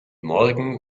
morgen